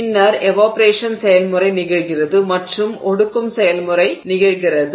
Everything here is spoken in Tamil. பின்னர் எவாப்பொரேஷன் செயல்முறை நிகழ்கிறது மற்றும் ஒடுக்கம் செயல்முறை நிகழ்கிறது